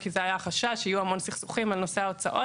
כי זה היה החשש שיהיו המון סכסוכים על נושא ההוצאות.